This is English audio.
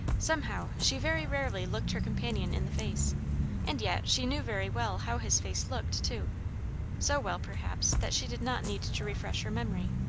somehow she very rarely looked her companion in the face and yet she knew very well how his face looked, too so well, perhaps, that she did not need to refresh her memory.